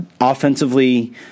offensively